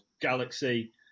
galaxy